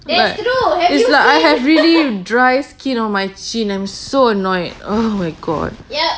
l~ it's like I have really dry skin on my chin I'm so annoyed oh my god